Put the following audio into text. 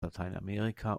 lateinamerika